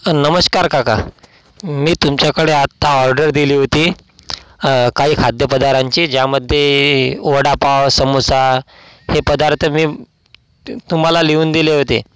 नमस्कार काका मी तुमच्याकडे आत्ता ऑर्डर दिली होती काही खाद्यपदारांची ज्यामध्ये वडापाव समोसा हे पदार्थ मी तर तुम्हाला लिहून दिले होते